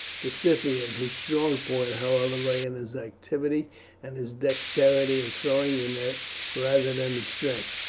the scythian, whose strong point, however, lay in his activity and his dexterity in throwing the net rather than in strength.